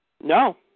No